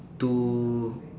two